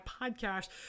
podcast